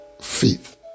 faith